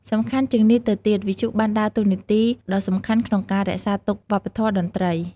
សំខាន់ជាងនេះទៅទៀត វិទ្យុបានដើរតួនាទីដ៏សំខាន់ក្នុងការ រក្សាទុកវប្បធម៌ តន្ត្រី។